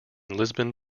lisbon